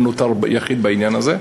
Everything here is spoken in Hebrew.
הוא נותר יחיד בעניין הזה.